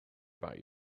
about